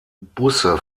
busse